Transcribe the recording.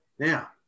Now